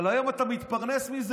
אבל היום אתה מתפרנס מזה.